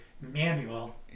manual